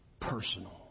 Personal